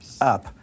up